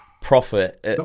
profit